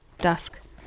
Dusk